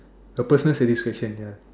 a personal satisfaction ya